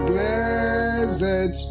Blessed